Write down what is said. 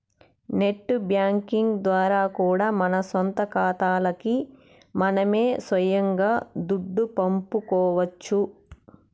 net banking ద్వారా కూడా మన సొంత కాతాలకి మనమే సొయంగా దుడ్డు పంపుకోవచ్చు